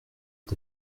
est